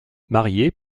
mariée